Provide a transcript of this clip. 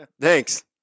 Thanks